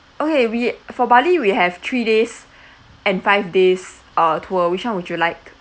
okay we for bali we have three days and five days uh tour which one would you like